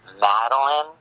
Madeline